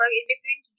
in-between